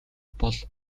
бол